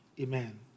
Amen